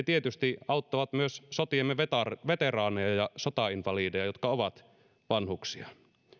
tietysti auttavat myös sotiemme veteraaneja veteraaneja ja sotainvalideja jotka ovat vanhuksia